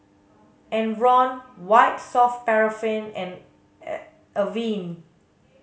Enervon White soft paraffin and Avene